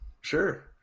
Sure